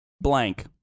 blank